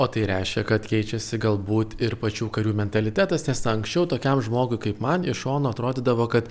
o tai reiškia kad keičiasi galbūt ir pačių karių mentalitetas nes anksčiau tokiam žmogui kaip man iš šono atrodydavo kad